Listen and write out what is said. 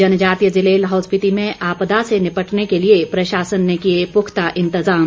जनजातीय जिले लाहौल स्पीति में आपदा से निपटने के लिए प्रशासन ने किए पुख्ता इंतजाम